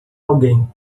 alguém